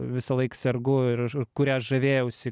visąlaik sergu ir už kuria aš žavėjausi